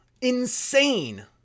Insane